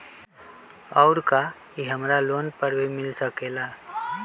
और का इ हमरा लोन पर भी मिल सकेला?